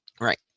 Right